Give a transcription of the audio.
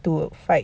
to fight